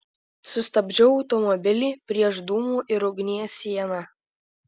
sustabdžiau automobilį prieš dūmų ir ugnies sieną